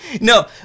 No